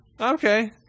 Okay